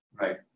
Right